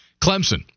Clemson